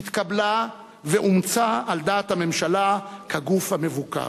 התקבלה ואומצה על דעת הממשלה כגוף המבוקר.